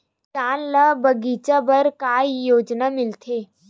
किसान ल बगीचा बर का योजना मिलथे?